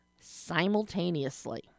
simultaneously